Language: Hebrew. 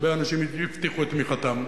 הרבה אנשים הבטיחו את תמיכתם.